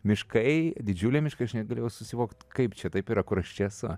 miškai didžiuliai miškai aš negalėjau susivokt kaip čia taip yra kur aš čia esu